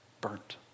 burnt